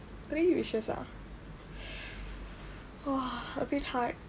three wishes ah a bit hard